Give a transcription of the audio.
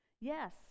Yes